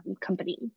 company